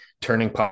turning